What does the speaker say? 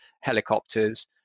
helicopters